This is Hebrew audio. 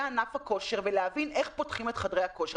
ענף הכושר ולהבין איך פותחים את חדרי הכושר.